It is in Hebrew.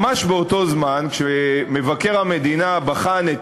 ממש באותו זמן שמבקר המדינה בחן את